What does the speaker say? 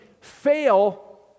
fail